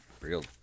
real